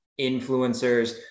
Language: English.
influencers